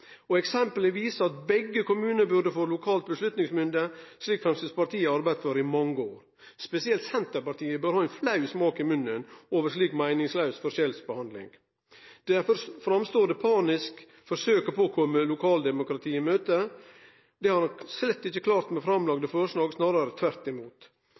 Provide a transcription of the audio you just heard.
viser at begge kommunane burde få lokal avgjerdsmakt, slik Framstegspartiet har arbeidd for i mange år. Spesielt Senterpartiet bør ha ein flau smak i munnen over slik meiningslaus forskjellsbehandling. Derfor framstår forsøket på å kome lokaldemokratiet i møte panisk. Det har ein slett ikkje klart med det framlagde forslaget, snarare tvert imot.